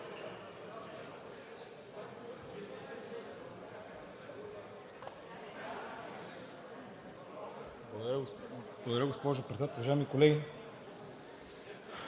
Благодаря, госпожо Председател. Уважаеми колеги!